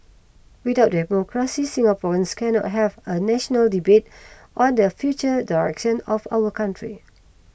without democracy Singaporeans cannot have a national debate on the future direction of our country